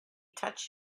touch